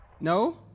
No